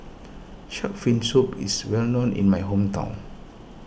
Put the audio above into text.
Shark's Fin Soup is well known in my hometown